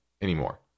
anymore